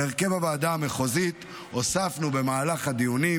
להרכב הוועדה המחוזית הוספנו במהלך הדיונים